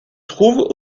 trouve